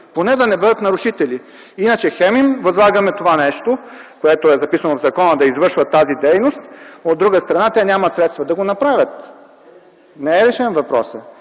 Поне да не бъдат нарушители! Иначе, хем им възлагаме нещо, което е записано в закона – да извършват тази дейност, а от друга страна, те нямат средствата да го направят. Не е решен въпросът.